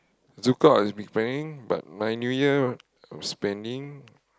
ZoukOut I've been planning but my New Year spending